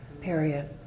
Period